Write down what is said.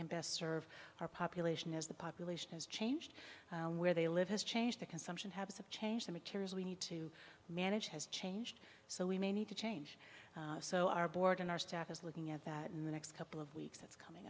can best serve our population as the population has changed where they live has changed the consumption habits have changed the materials we need to manage has changed so we may need to change so our board and our staff is looking at that in the next couple of weeks